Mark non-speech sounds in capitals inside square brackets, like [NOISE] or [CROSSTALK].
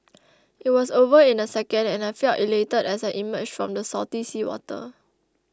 [NOISE] it was over in a second and I felt elated as I emerged from the salty seawater